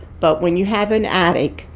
but when you have an addict,